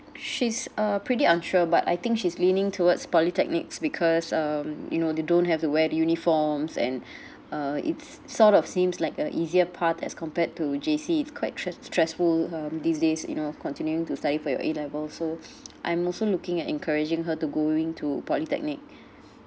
she's uh pretty unsure but I think she's leaning towards polytechnics because um you know they don't have to wear the uniforms and uh it's sort of seems like a easier path as compared to J_C it's quite tres~ stressful um these days you know continuing to study for your A level so I'm also looking at encouraging her to going to polytechnic